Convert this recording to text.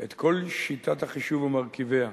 את כל שיטת החישוב ומרכיביה.